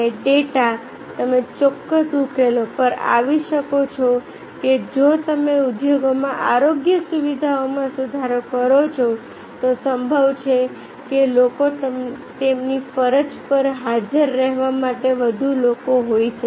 અને ડેટા તમે ચોક્કસ ઉકેલો પર આવી શકો છો કે જો તમે ઉદ્યોગમાં આરોગ્ય સુવિધાઓમાં સુધારો કરો છો તો સંભવ છે કે લોકો તેમની ફરજ પર હાજર રહેવા માટે વધુ લોકો હોય